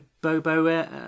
Bobo